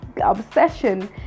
obsession